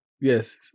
yes